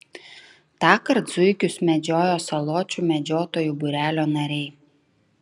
tąkart zuikius medžiojo saločių medžiotojų būrelio nariai